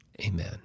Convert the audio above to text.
amen